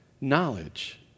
knowledge